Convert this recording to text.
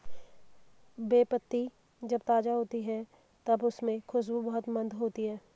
बे पत्ती जब ताज़ा होती है तब उसमे खुशबू बहुत मंद होती है